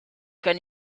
can